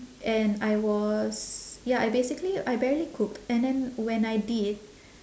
and I was ya I basically I barely cooked and then when I did